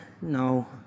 no